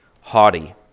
Haughty